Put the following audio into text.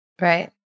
Right